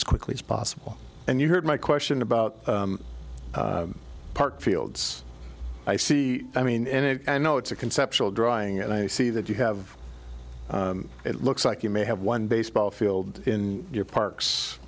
as quickly as possible and you heard my question about park fields i see i mean and i know it's a conceptual drawing and i see that you have it looks like you may have one baseball field in your parks